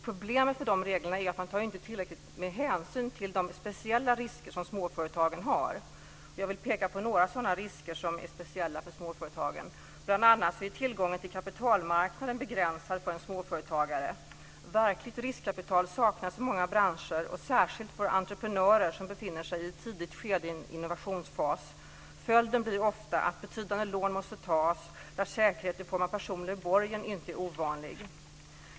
Problemet med de reglerna är att de inte tar tillräckligt mycket hänsyn till de speciella risker som småföretagen har. Jag vill peka på några sådana risker som är speciella för småföretagen. Bl.a. är tillgången till kapitalmarknaden begränsad för en småföretagare. Verkligt riskkapital saknas i många branscher, särskilt för entreprenörer som befinner sig i ett tidigt skede i en innovationsfas. Följden blir ofta att betydande lån måste tas där säkerhet i form av personlig borgen inte är ovanligt.